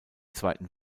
zweiten